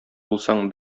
булсаң